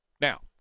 Now